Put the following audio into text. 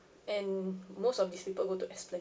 and most of these people go to esplanade